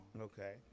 Okay